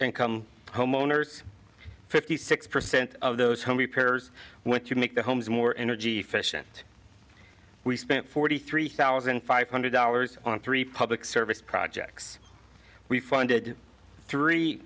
income homeowners fifty six percent of those home repairs what you make the homes more energy efficient we spent forty three thousand five hundred dollars on three public service projects we funded three